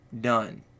done